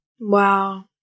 Wow